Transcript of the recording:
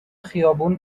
خیابون